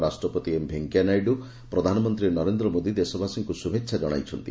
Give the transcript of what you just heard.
ଉପରାଷ୍ଟ୍ରପତି ଏମ୍ ଭେକିୟା ନାଇଡୁ ପ୍ରଧାନମନ୍ତୀ ନରେନ୍ଦ ମୋଦି ଦେଶବାସୀଙ୍କୁ ଶୁଭେଛା ଜଣାଇଛନ୍ତି